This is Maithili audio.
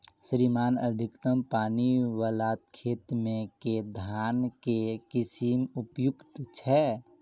श्रीमान अधिक पानि वला खेत मे केँ धान केँ किसिम उपयुक्त छैय?